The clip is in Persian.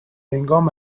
هنگام